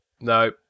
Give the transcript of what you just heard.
no